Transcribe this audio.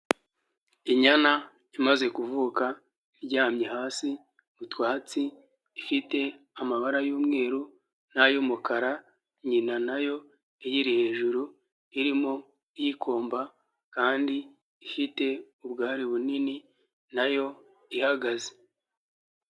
Inyana imaze kuvuka, iryamye hasi, utwatsi ifite amabara y'umweru n'ay'umukara, inyina yayo iyiri hejuru, irimo iyikomba, kandi ifite ubwari bunini, nayo ihagaze.